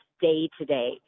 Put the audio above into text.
day-to-day